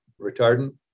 retardant